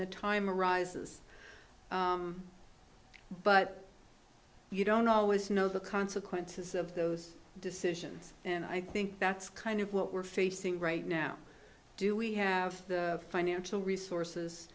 the time arises but you don't always know the consequences of those decisions and i think that's kind of what we're facing right now do we have the financial resources